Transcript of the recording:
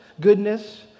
goodness